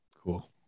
Cool